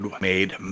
made